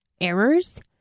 errors